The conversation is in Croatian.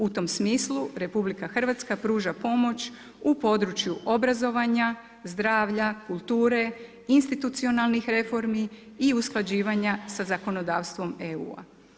U tom smislu RH pruža pomoću u području obrazovanja, zdravlja, kulture, institucijalnih reformi i usklađivanja sa zakonodavstvom EU.